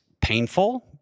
painful